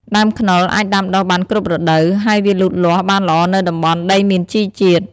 ដើមខ្នុរអាចដាំដុះបានគ្រប់រដូវ ហើយវាលូតលាស់បានល្អនៅតំបន់ដីមានជីជាតិ។